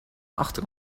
achter